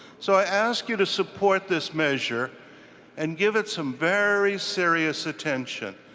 so i ask you to support this measure and give it some very serious attention.